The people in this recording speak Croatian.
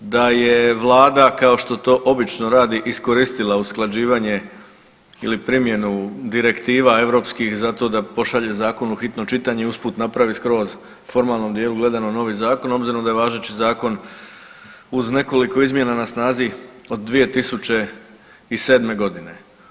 Da je Vlada kao što to obično radi iskoristila usklađivanje ili primjenu direktiva Europskih zato da pošalje Zakon u hitno čitanje i usput napravi skroz formalnom dijelu gledano novi Zakon obzirom da je važeći Zakon uz nekoliko izmjena na snazi od 2007.godine.